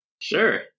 Sure